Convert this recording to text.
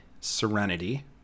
Serenity